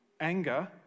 anger